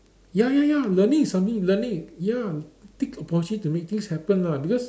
ya ya ya learning is something learning ya take opportunity to make things happen lah because